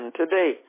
today